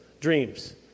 dreams